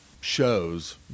shows